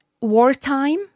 wartime